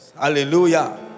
Hallelujah